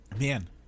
man